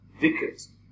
Vickers